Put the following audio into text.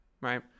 right